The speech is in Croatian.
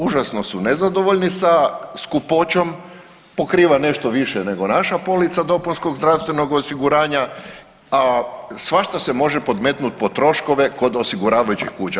Užasno su nezadovoljni sa skupoćom, pokriva nešto više nego naša polica dopunskog zdravstvenog osiguranja, a svašta se može podmetnuti pod troškove kod osiguravajućih kuća.